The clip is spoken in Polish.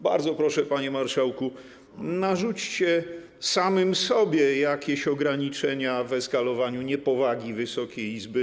Bardzo proszę, panie marszałku, narzućcie sobie jakieś ograniczenia w eskalowaniu niepowagi Wysokiej Izby.